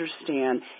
understand